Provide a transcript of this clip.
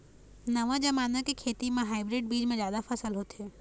नवा जमाना के खेती म हाइब्रिड बीज म जादा फसल होथे